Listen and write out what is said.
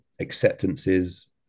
acceptances